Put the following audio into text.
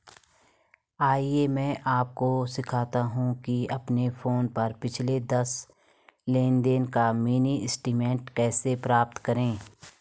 आइए मैं आपको सिखाता हूं कि अपने फोन पर पिछले दस लेनदेन का मिनी स्टेटमेंट कैसे प्राप्त करें